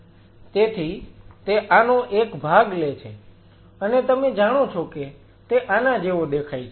તેથી તે આનો એક ભાગ લે છે અને તમે જાણો છો કે તે આના જેવો દેખાય છે